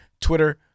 Twitter